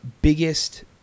biggest